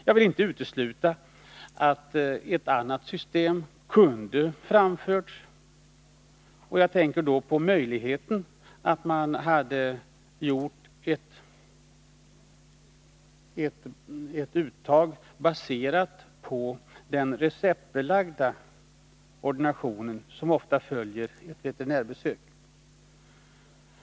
Jag vill inte utesluta att ett annat system kunde ha föreslagits. Jag tänker då på möjligheten att göra ett uttag baserat på den receptbelagda ordination som ofta följer ett veterinärbesök.